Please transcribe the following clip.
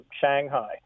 Shanghai